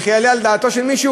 וכי זה יעלה על דעתו של מישהו?